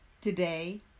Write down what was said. Today